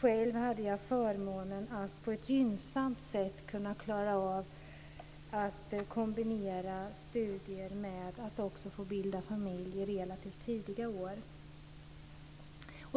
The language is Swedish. Själv hade jag förmånen att på ett gynnsamt sätt kombinera studier med familjebildning i relativt tidiga år.